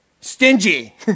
Stingy